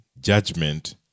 judgment